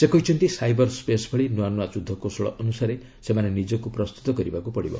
ସେ କହିଛନ୍ତି ସାଇବର୍ ସ୍ୱେସ୍ ଭଳି ନୂଆ ନୂଆ ଯୁଦ୍ଧକୌଶଳ ଅନୁସାରେ ସେମାନେ ନିଜକୁ ପ୍ରସ୍ତୁତ କରିବାକୁ ହେବ